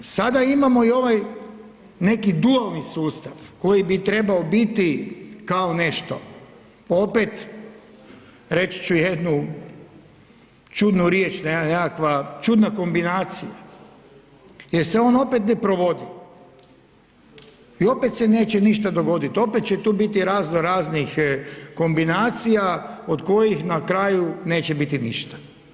Sada imamo i ovaj neki dualni sustav koji bi trebao biti kao nešto, opet reći ću jednu čudnu riječ, jedna nekakva čudna kombinacija jel se on opet ne provodi i opet se neće ništa dogoditi, opet će tu biti raznoraznih kombinacija od kojih na kraju neće biti ništa.